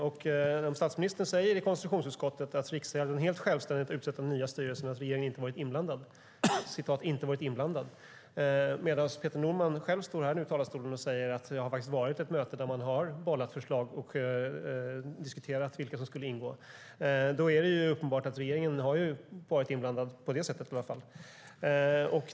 Om statsministern i konstitutionsutskottet säger att Riksgälden helt självständigt har utsett den nya styrelsen och att regeringen "inte varit inblandad", medan Peter Norman själv nu står här i talarstolen och säger att det faktiskt har varit ett möte där man har bollat förslag och diskuterat vilka som skulle ingå, då är det uppenbart att regeringen har varit inblandad på det sättet i alla fall.